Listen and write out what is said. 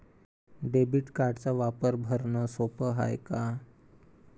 Debit कार्डचा वापर भरनं सोप हाय का?